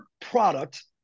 product